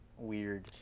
Weird